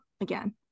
again